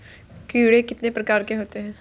कीड़े कितने प्रकार के होते हैं?